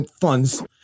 funds